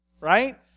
right